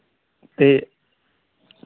ते